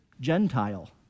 Gentile